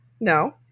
No